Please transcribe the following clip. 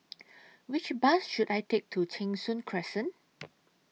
Which Bus should I Take to Cheng Soon Crescent